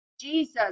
Jesus